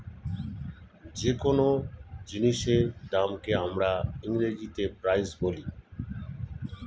যে কোন জিনিসের দামকে আমরা ইংরেজিতে প্রাইস বলি